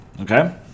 okay